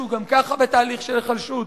שהוא גם ככה בתהליך של היחלשות,